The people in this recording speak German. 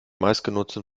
meistgenutzten